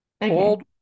old